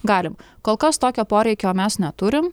galim kol kas tokio poreikio mes neturim